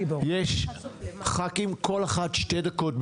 החוק הזה חייב להשתנות.